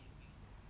mm